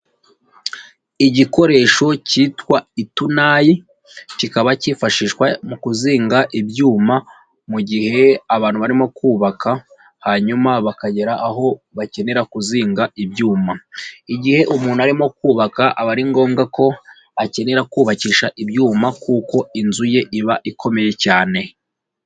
Igikoresho kitwa itunayi, kikaba kifashishwa mu kuzinga ibyuma mu gihe abantu barimo kubaka, hanyuma bakagera aho bakenera kuzinga ibyuma, igihe umuntu arimo kubaka aba ari ngombwa ko akenera kubakisha ibyuma kuko inzu ye iba ikomeye cyane.